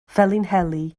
felinheli